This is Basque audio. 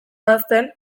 ahazten